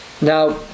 Now